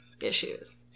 issues